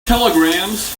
telegrams